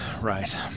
Right